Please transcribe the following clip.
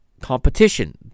competition